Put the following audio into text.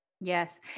Yes